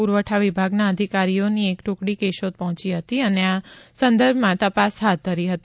પૂરવઠા વિભાગના અધિકારીઓની એક ટૂકડી કેશોદ પહોંચી હતી અને આ સંદર્ભમાં તપાસ હાથ ધરી હતી